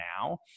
now